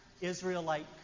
Israelite